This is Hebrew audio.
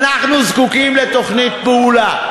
אנחנו זקוקים לתוכנית פעולה,